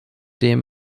dem